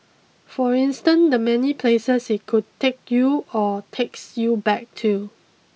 for instance the many places it could take you or takes you back to